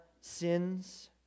sins